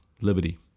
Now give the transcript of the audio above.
liberty